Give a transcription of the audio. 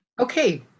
Okay